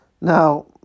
now